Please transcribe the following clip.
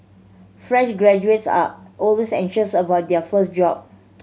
fresh graduates are always anxious about their first job